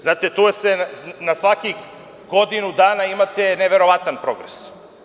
Znate, na svakih godinu dana imate neverovatan progres.